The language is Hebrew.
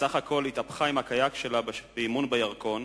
שסך הכול התהפכה עם הקיאק שלה באימון בירקון